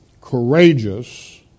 courageous